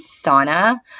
sauna